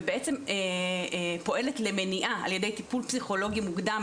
ובעצם פועלת למניעה על ידי טיפול פסיכולוגי מוקדם